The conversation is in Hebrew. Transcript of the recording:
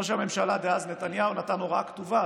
ראש הממשלה דאז נתניהו נתן הוראה כתובה,